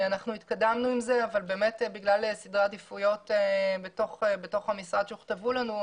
אנחנו התקדמנו עם זה אבל בגלל סדרי עדיפויות בתוך המשרד שהוכתבו לנו,